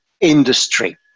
industry